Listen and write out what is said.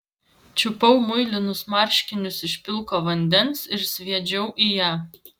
čiupau muilinus marškinius iš pilko vandens ir sviedžiau į ją